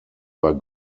war